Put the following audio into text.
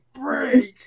break